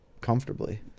comfortably